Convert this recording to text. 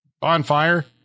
Bonfire